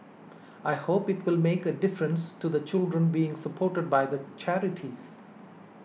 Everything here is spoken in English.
I hope it will make a difference to the children being supported by the charities